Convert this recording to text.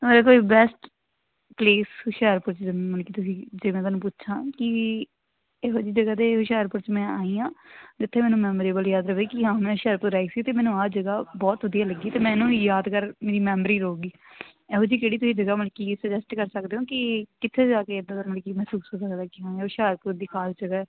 ਜਿਵੇਂ ਕੋਈ best place Hoshiarpur ਦੀ ਮਤਲਬ ਕਿ ਤੁਸੀਂ ਜਿਵੇਂ ਮੈਂ ਤੁਹਾਨੂੰ ਪੁੱਛਾਂ ਕਿ ਇਹੋ ਜਿਹੀ ਜਗ੍ਹਾ 'ਤੇ ਹੋਸ਼ਿਆਰਪੁਰ 'ਚ ਮੈਂ ਆਈ ਹਾਂ ਜਿੱਥੇ ਮੈਨੂੰ ਮੈਮਰੇਬਲ ਯਾਦ ਰਹੇ ਕਿ ਹਾਂ ਮੈਂ ਹੁਸ਼ਿਆਰਪੁਰ ਆਈ ਸੀ ਅਤੇ ਮੈਨੂੰ ਆਹ ਜਗ੍ਹਾ ਬਹੁਤ ਵਧੀਆ ਲੱਗੀ ਅਤੇ ਮੈਂ ਇਹਨੂੰ ਯਾਦਗਾਰ ਮੇਰੀ ਮੈਮਰੀ ਰਹੂਗੀ ਇਹੋ ਜਿਹੀ ਕਿਹੜੀ ਤੁਸੀਂ ਜਗ੍ਹਾ ਮਤਲਬ ਕਿ ਸੁਜੈਸਟ ਕਰ ਸਕਦੇ ਹੋ ਕਿ ਕਿੱਥੇ ਜਾ ਕੇ ਇੱਦਾਂ ਦੀ ਮਤਲਬ ਕਿ ਮਹਿਸੂਸ ਹੋਵੇ ਹੁਸ਼ਿਆਪੁਰ ਦੀ ਖ਼ਾਸ ਜਗ੍ਹਾ ਹੈ